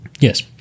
Yes